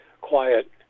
quiet